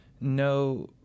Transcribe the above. no